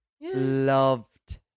Loved